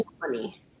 money